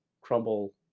crumble –